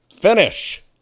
finish